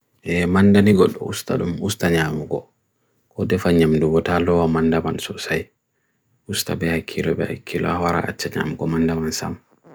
E manda nigot usta nyam uko, kode fanyam nigot alo wa mandaban sosai, usta beha kiru beha kila warahach nyam uko mandaban sam.